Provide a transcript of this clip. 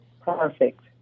Perfect